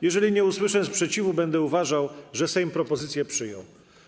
Jeżeli nie usłyszę sprzeciwu, będę uważał, że Sejm propozycję przyjął.